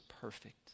perfect